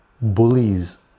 bullies